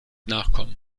nachkommen